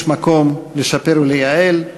יש מקום לשפר ולייעל,